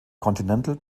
continental